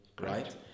right